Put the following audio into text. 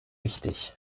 wichtig